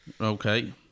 Okay